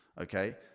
okay